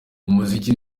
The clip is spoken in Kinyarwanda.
umuziki